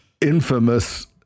infamous